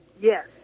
Yes